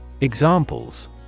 Examples